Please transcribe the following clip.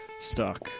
stuck